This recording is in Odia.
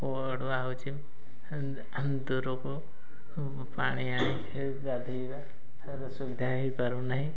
ଅଡ଼ୁଆ ହେଉଛି ଆମ ଦୂରକୁ ପାଣି ଆଣିକି ଗାଧେଇବା ତା'ର ସୁବିଧା ହେଇପାରୁ ନାହିଁ